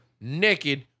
naked